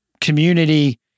community